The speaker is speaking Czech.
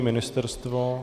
Ministerstvo?